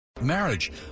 Marriage